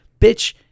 bitch